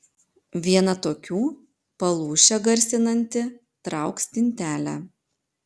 viena tokių palūšę garsinanti trauk stintelę